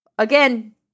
Again